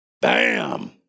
Bam